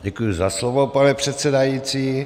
Děkuji za slovo, pane předsedající.